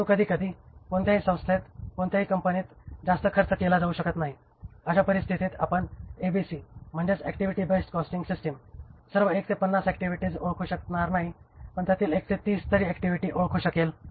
परंतु कधीकधी कोणत्याही संस्थेत कोणत्याही कंपनीत जास्त खर्च केला जाऊ शकत नाही अशा परिस्थितीत आपण एबीसी म्हणजेच ऍक्टिव्हिटी बेस्ड कॉस्टिंग सिस्टिम सर्व 1 ते 50 ऍक्टिव्हिटीज ओळखू शकणार नाही पण त्यातील 1 ते 30 तरी ऍक्टिव्हिटीज ओळखू शकेल